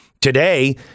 Today